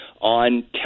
on